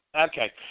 Okay